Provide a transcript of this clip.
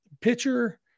pitcher